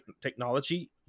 technology